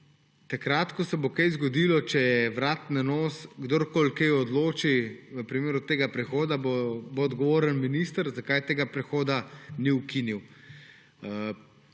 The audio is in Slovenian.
takrat ko se bo kaj zgodilo, če na vrat na nos kdorkoli kaj odloči v primeru tega prehoda, bo odgovoren minister, zakaj tega prehoda ni ukinil.